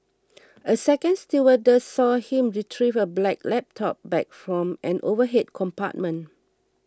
a second stewardess saw him retrieve a black laptop bag from an overhead compartment